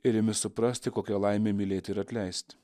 ir imi suprasti kokia laimė mylėt ir atleist